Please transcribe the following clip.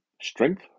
strength